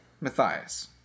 Matthias